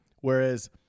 Whereas